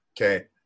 Okay